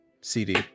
cd